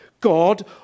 god